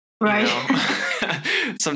Right